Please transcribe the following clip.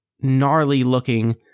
gnarly-looking